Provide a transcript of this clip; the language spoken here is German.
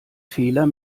fehler